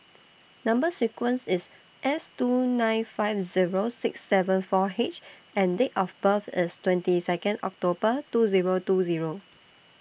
Number sequence IS S two nine five Zero six seven four H and Date of birth IS twenty Second October two Zero two Zero